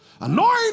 Anoint